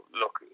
look